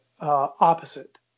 opposite